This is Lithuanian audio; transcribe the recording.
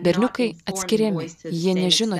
berniukai atskiriami jie nežino